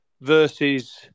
versus